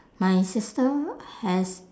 my sister has